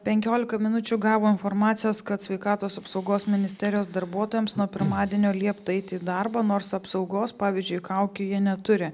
penkiolika minučių gavo informacijos kad sveikatos apsaugos ministerijos darbuotojams nuo pirmadienio liepta eiti į darbą nors apsaugos pavyzdžiui kaukių jie neturi